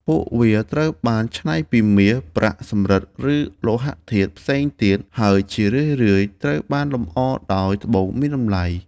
ពួកវាត្រូវបានច្នៃពីមាស ប្រាក់ សំរឹទ្ធិ ឬលោហៈធាតុផ្សេងទៀត ហើយជារឿយៗត្រូវបានលម្អដោយត្បូងមានតម្លៃ។